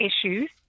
issues